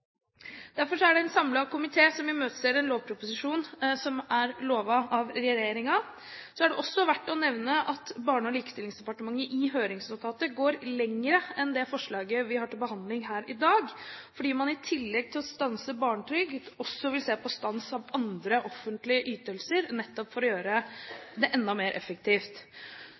Derfor er det en samlet komité som imøteser en lovproposisjon, som er lovet av regjeringen. Det er også verdt å nevne at Barne- og likestillingsdepartementet i høringsnotatet går lenger enn det forslaget vi har til behandling her i dag, gjør, fordi man i tillegg til å stanse barnetrygd også vil se på en stans av andre offentlige ytelser, nettopp for å gjøre det enda mer effektivt.